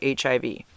HIV